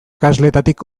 ikasleetatik